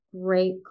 great